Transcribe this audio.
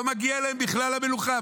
לא מגיעה להם בכלל המלוכה,